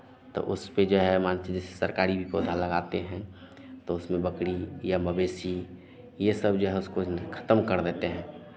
तो उस पे जो है मान सरकारी भी पौधा लगाते हैं तो उसमें बकड़ी या मवेशी ये सब जो है उसको खतम कर देते हैं